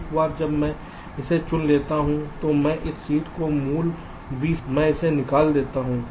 एक बार जब मैं इसे चुन लेता हूं तो मैं इस सीड को मूल V से निकाल देता हूं मैं इसे निकाल लेता हूं